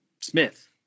Smith